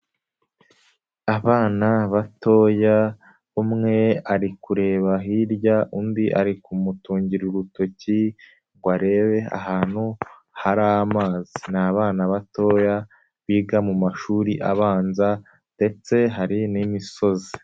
Abana batoya, umwe ari kureba hirya, undi ari kumutungira urutoki ngo arebe ahantu hari amazi. Ni abana batoya biga mu mashuri abanza ndetse hari n'imisozi.